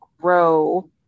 grow